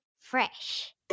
Fresh